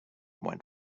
went